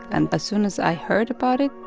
and as soon as i heard about it,